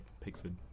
Pickford